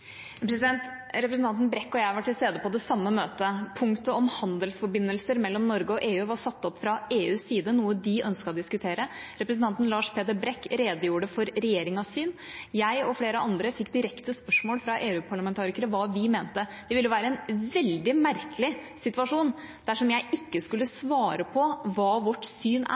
Brekk og jeg var til stede på det samme møtet. Punktet om handelsforbindelser mellom Norge og EU var satt opp fra EUs side, det var noe de ønsket å diskutere. Representanten Lars Peder Brekk redegjorde for regjeringas syn. Jeg og flere andre fikk direkte spørsmål fra EU-parlamentarikere om hva vi mente. Det ville vært en veldig merkelig situasjon dersom jeg ikke skulle svart på hva vårt syn er.